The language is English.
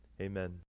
Amen